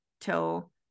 till